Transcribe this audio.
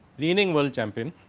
reigning world champion,